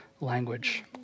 language